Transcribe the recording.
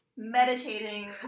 meditating